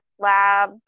lab